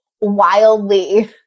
wildly